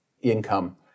income